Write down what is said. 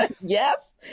Yes